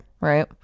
Right